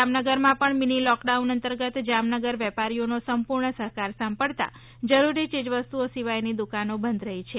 જામનગરમા પણ mini lockdown અંતર્ગત જામનગર વેપારીઓનો સંપૂર્ણ સહકાર સાપંડતા જરૂરી ચીજવસ્તુઓ સિવાયની દુકાનો બંધ રહી છે